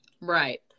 right